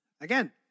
again